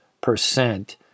percent